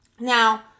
Now